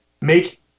make